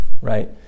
right